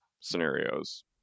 scenarios